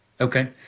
Okay